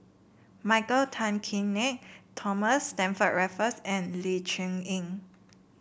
Michael Tan Kim Nei Thomas Stamford Raffles and Ling Cher Eng